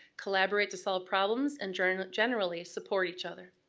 collaborate to solve problems and generally generally support each other.